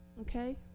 Okay